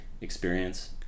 experience